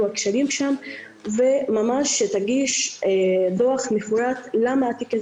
הכשלים שם ושתגיש דוח מפורט על כל תיק,